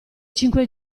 cinque